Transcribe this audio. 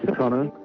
connor.